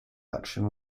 action